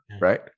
right